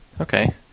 Okay